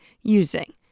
using